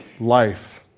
life